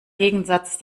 gegensatz